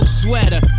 sweater